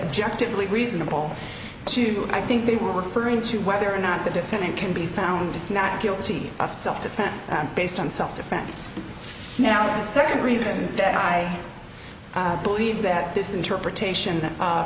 objective was reasonable to i think they were referring to there or not the defendant can be found not guilty of self defense based on self defense now a second reason that i believe that this interpretation that